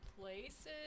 places